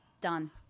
Done